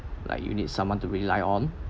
like you need someone to rely on